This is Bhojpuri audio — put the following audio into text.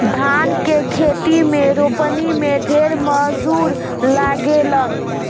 धान के खेत में रोपनी में ढेर मजूर लागेलन